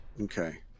Okay